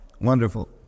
wonderful